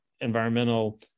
environmental